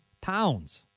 pounds